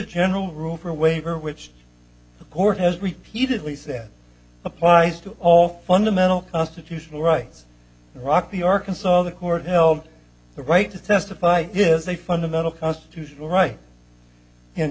general rule for a waiver which the court has repeatedly said applies to all fundamental constitutional rights rock the arkansas the court held the right to testify is a fundamental constitutional right